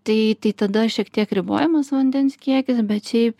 tai tai tada šiek tiek ribojamas vandens kiekis bet šiaip